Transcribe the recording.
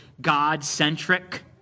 God-centric